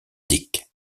dick